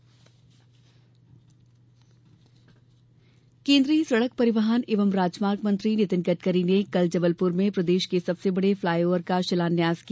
गडकरी केन्द्रीय सड़क परिवहन एवं राजमार्ग मंत्री नितिन गडकरी ने कल जबलपुर में प्रदेश के सबसे बड़े फ्लाई ओव्हर का शिलान्यास किया